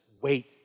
wait